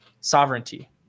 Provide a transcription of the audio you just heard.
sovereignty